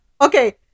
Okay